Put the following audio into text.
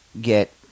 get